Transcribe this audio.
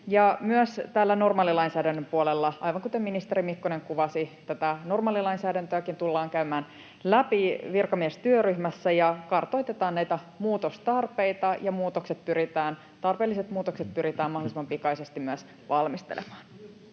Myös normaalilainsäädännön puolella, aivan kuten ministeri Mikkonen kuvasi, tätä normaalilainsäädäntöäkin tullaan käymään läpi virkamiestyöryhmässä, ja kartoitetaan näitä muutostarpeita, ja tarpeelliset muutokset pyritään mahdollisimman pikaisesti myös valmistelemaan.